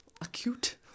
acute